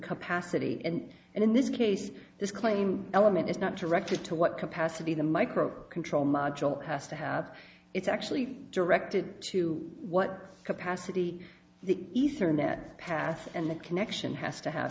capacity and and in this case this claim element is not directed to what capacity the micro control module has to have it's actually directed to what capacity the ether net path and the connection has to have